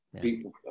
People